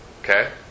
Okay